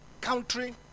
country